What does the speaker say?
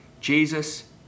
Jesus